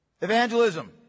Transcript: evangelism